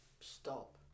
Stop